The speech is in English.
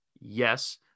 Yes